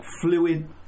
fluid